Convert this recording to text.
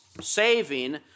saving